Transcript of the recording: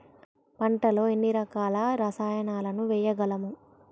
పంటలలో ఎన్ని రకాల రసాయనాలను వేయగలము?